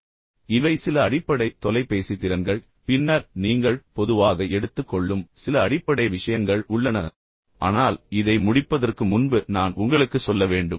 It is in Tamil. இப்போது இவை சில அடிப்படை தொலைபேசி திறன்கள் பின்னர் நீங்கள் பொதுவாக எடுத்துக் கொள்ளும் சில அடிப்படை விஷயங்கள் உள்ளன ஆனால் இதை முடிப்பதற்கு முன்பு நான் உங்களுக்குச் சொல்ல வேண்டும்